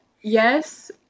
Yes